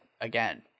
again